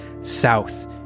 south